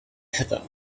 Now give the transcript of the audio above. heather